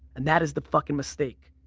and that is the fucking mistake.